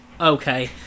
okay